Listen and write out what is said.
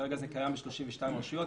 כרגע זה קיים ב-32 רשויות,